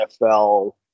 NFL